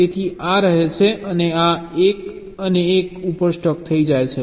તેથી આ રહે છે અને આ 1 અને 1 ઉપર સ્ટક થઈ જાય છે